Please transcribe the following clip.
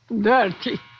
Dirty